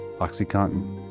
oxycontin